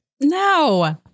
No